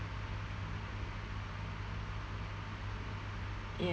ya